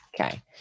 Okay